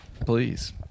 please